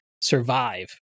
survive